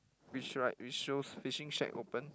which write which shows fishing shack open